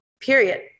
Period